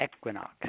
equinox